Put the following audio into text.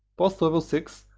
post lvl six,